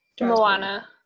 Moana